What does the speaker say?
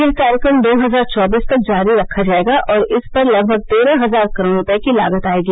यह कार्यक्रम दो हजार चौबीस तक जारी रखा जाएगा और इस पर लगभग तेरह हजार करोड़ रुपये की लागत आएगी